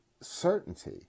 certainty